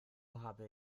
habe